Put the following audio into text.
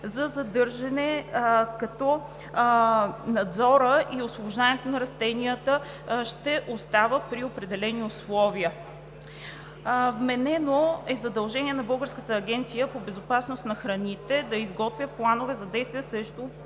за задържане, като надзорът и освобождаването на растенията ще става при определени условия. Вменено е задължение на Българската агенция по безопасност на храните да изготвя планове за действия срещу